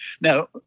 Now